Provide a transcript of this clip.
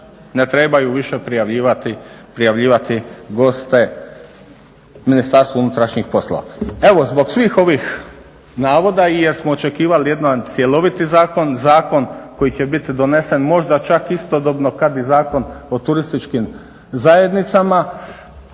ne trebaju više prijavljivati goste Ministarstvu unutarnjih poslova. Evo, zbog svih ovih navoda i jesmo očekivali jedan cjeloviti zakon, zakon koji će biti donesen možda čak istodobno kada i Zakon o turističkim zajednicama